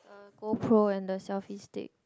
the go pro and the selfie stick